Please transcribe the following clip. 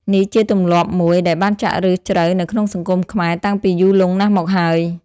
នេះជាទម្លាប់មួយ ដែលបានចាក់ឫសជ្រៅនៅក្នុងសង្គមខ្មែរ តាំងពីយូរលង់ណាស់មកហើយ។